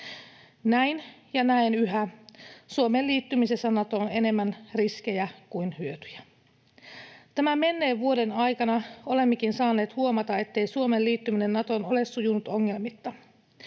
Näin ja näen yhä Suomen liittymisessä Natoon enemmän riskejä kuin hyötyjä. Tämän menneen vuoden aikana olemmekin saaneet huomata, ettei Suomen liittyminen Natoon ole sujunut ongelmitta.